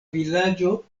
vilaĝo